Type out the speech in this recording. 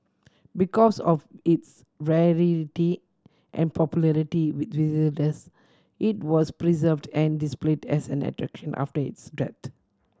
because of its rarity and popularity with visitors it was preserved and displayed as an attraction after its